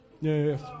yes